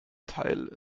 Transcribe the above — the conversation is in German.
teil